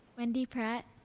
wendy pratt.